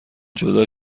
جدا